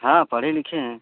हाँ पढ़े लिखे हैं